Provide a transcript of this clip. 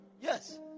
Yes